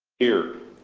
here.